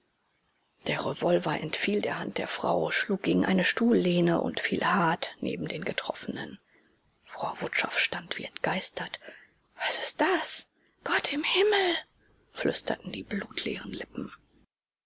der revolver entfiel der hand der frau schlug gegen eine stuhllehne und fiel hart neben den getroffenen frau wutschow stand wie entgeistert was ist das gott im himmel flüsterten die blutleeren lippen